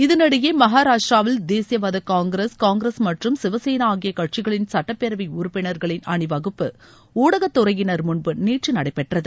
இதனிடையே மகாராஷ்டராவில் தேசியவாத காங்கிரஸ் காங்கிரஸ் மற்றும் சிவசேனா ஆகிய கட்சிகளின் சட்டப்பேரவை உறுப்பினர்களின் அணிவகுப்பு ஊடகத்துறையினர் முன்பு நேற்று நடைபெற்றது